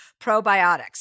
probiotics